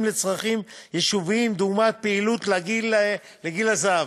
לצרכים יישוביים דוגמת פעילות לגיל הזהב,